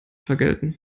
vergelten